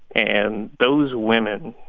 and those women,